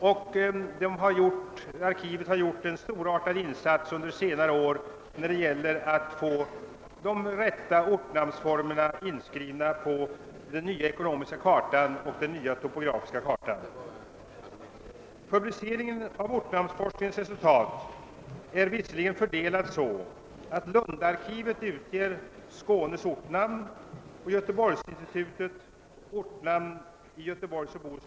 Arkivet har bl.a. gjort en storartad insats under senare år när det gäller att få de rätta ortnamnsformerna inskrivna på den nya ekonomiska kartan och på den nya topografiska kartan. Publiceringen av ortnamnsforskningens resultat är visserligen fördelad så att Lundarkivet utger Skånes ortnamn och Göteborgsinstitutet ortnamn i Göteborgs och Bohus län.